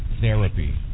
therapy